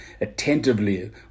attentively